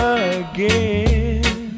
again